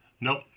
Nope